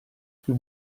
più